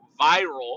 viral